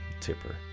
Tipper